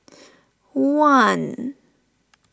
one